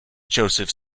joseph